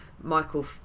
Michael